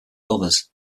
others